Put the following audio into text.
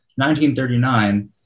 1939